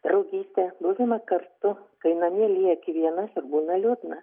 draugystę buvimą kartu kai namie lieki vienas ir būna liūdna